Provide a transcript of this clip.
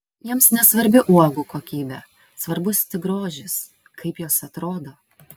jiems nesvarbi uogų kokybė svarbus tik grožis kaip jos atrodo